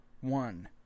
one